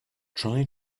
try